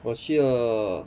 我去了